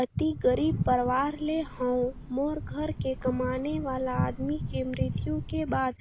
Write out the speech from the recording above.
अति गरीब परवार ले हवं मोर घर के कमाने वाला आदमी के मृत्यु के बाद